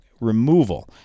removal